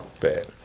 Bad